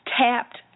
tapped